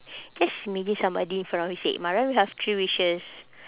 just imagine somebody in front of you said mariam you have three wishes